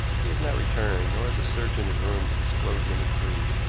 he has not returned nor has a search in his rooms disclosed any clew.